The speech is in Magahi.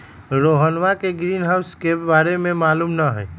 रोहन के ग्रीनहाउस के बारे में मालूम न हई